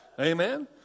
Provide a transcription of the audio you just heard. Amen